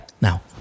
now